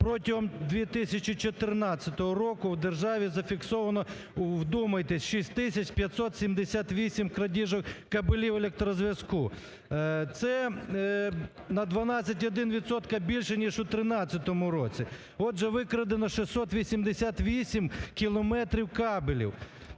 Протягом 2014 року в державі зафіксовано (вдумайтесь) 6578 крадіжок кабелів електрозв'язку, це на 12,1 відсотка більше ніж у 13-му році. Отже, викрадено 688 кілометрів кабелю.